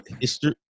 history